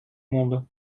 monde